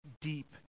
deep